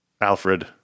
Alfred